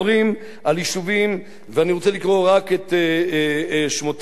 אני רוצה לקרוא רק את שמותיהם של ראשי המועצות,